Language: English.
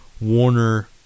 Warner